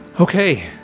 Okay